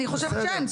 אני חושבת שאין.